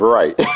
right